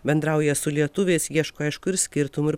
bendrauja su lietuviais ieško aišku ir skirtumų ir